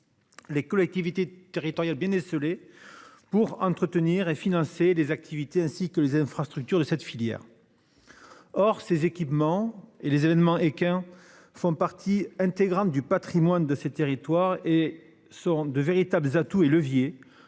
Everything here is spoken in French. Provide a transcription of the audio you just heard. Les collectivités territoriales, bien esseulé pour entretenir et financer des activités ainsi que les infrastructures de cette filière. Or ces équipements et les événements un font partie intégrante du Patrimoine de ces territoires et. Sont de véritables atouts et levier